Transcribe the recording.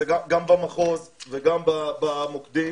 גם במחוז וגם במוקדם